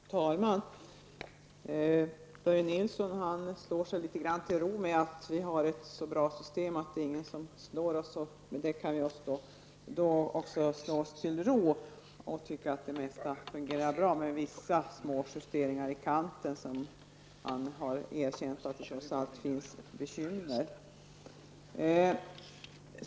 Fru talman! Börje Nilsson slår sig litet grand till ro med att vi har ett så bra system, ingen kan slå oss och därför kan vi också slå oss till ro och tycka att det mesta fungerar bra. Men det krävs vissa små justeringar i kanten där han erkänner att det trots allt finns bekymmer.